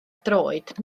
droed